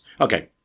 Okay